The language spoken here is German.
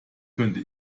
könnte